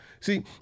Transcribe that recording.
See